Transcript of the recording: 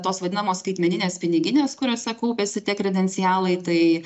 tos vadinamos skaitmeninės piniginės kuriose kaupiasi tie kredencialai tai